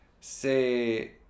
say